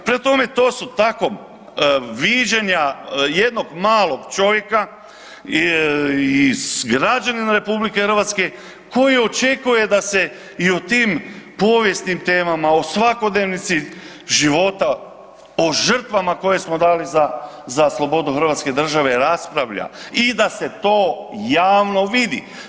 Prema tome, to su tako viđenja jednog malog čovjeka i građanina RH koji očekuje da se i o tim povijesnim temama, o svakodnevnici života, o žrtvama koje smo dali za slobodu Hrvatske države raspravlja i da se to javno vidi.